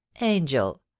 angel